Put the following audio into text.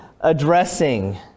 addressing